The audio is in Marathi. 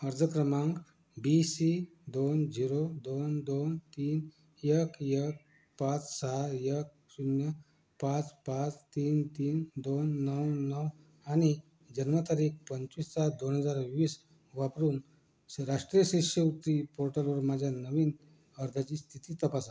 अर्ज क्रमांक बी सी दोन जिरो दोन दोन तीन एक एक पाच सहा एक शून्य पाच पाच तीन तीन दोन नऊ नऊ आणि जन्मतारीख पंचवीस सात दोन हजार वीस वापरून श्री राष्ट्रीय शिष्यवृत्ती पोर्टलवर माझ्या नवीन अर्जाची स्थिती तपासा